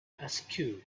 askew